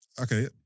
okay